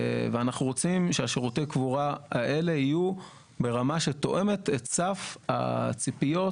ואנחנו רוצים ששירותי הקבורה האלו יהיו ברמה שתואמת את סף הציפיות